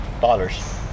dollars